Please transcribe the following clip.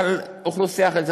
אוכלוסייה אחרת.